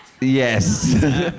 yes